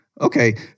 Okay